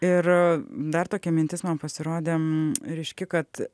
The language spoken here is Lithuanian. ir dar tokia mintis man pasirodė ryški kad